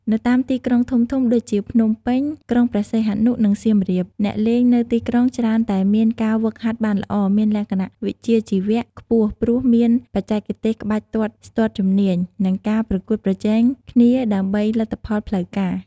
នៅតាមទីក្រុងធំៗ ដូចជា ភ្នំពេញ ក្រុងព្រះសីហនុ និងសៀមរាប អ្នកលេងនៅទីក្រុងច្រើនតែមានការហ្វឹកហាត់បានល្អ មានលក្ខណៈវិជ្ជាជីវៈខ្ពស់ ព្រោះមានបច្ចេកទេសក្បាច់ទាត់ស្ទាត់ជំនាញ និងការប្រកួតប្រជែងគ្នាដើម្បីលទ្ធផលផ្លូវការ។